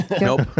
Nope